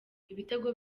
ibitego